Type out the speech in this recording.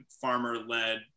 farmer-led